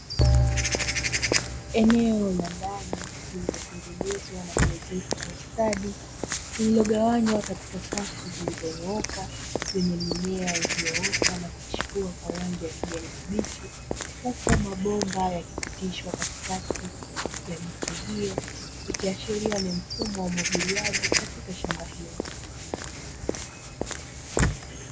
Eneo la ndani lililotengenezwa na kuezekwa kwa ustadi lililogawanywa katika safu zilizonyooka lenye mimea iliyoota na kuchipua kwa rangi ya kijani kibichi, huku mabomba yakipitishwa katikati ya miche hiyo ikiashiria ni mfumo wa umwagiliaji katika shamba hilo.